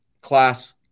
class